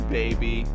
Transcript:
baby